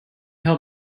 help